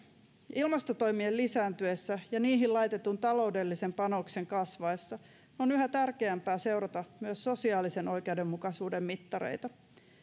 ilmastotoimien lisääntyessä ja niihin laitetun taloudellisen panoksen kasvaessa on yhä tärkeämpää seurata myös sosiaalisen oikeudenmukaisuuden mittareita